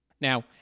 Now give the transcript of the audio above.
Now